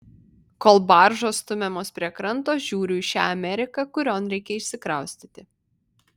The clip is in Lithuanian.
kol baržos stumiamos prie kranto žiūriu į šią ameriką kurion reikia išsikraustyti